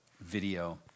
video